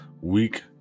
week